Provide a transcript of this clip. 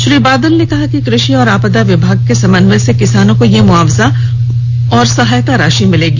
श्री बादल ने कहा कि कृषि और आपदा विभाग के समन्वय से किसानों को यह मुआवजा और सहायता राशि मिलेगी